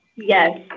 Yes